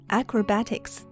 acrobatics 、